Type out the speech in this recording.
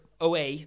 OA